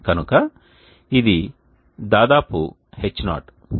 కనుక ఇది దాదాపు H0